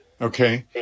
Okay